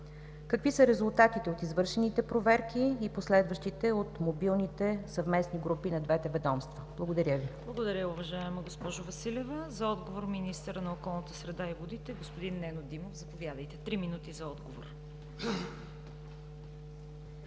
Какви са резултатите от извършените проверки и последващите от мобилните съвместни групи на двете ведомства? Благодаря. ПРЕДСЕДАТЕЛ ЦВЕТА КАРАЯНЧЕВА: Благодаря, уважаема госпожо Василева. За отговор – министърът на околната среда и водите господин Нено Димов. Заповядайте, имате три минути за отговор.